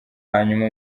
hanyuma